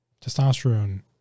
testosterone